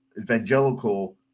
evangelical